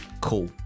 cool